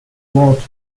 waters